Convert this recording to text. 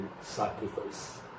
sacrifice